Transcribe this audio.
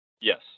yes